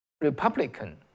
Republican